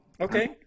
Okay